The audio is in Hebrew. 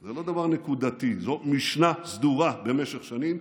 זה לא דבר נקודתי, זאת משנה סדורה במשך שנים.